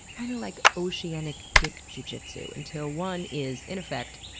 kind of like oceanic dick jiu jitsu until one is, in effect,